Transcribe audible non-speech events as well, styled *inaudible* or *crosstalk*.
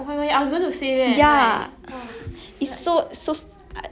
*laughs* !wah! really one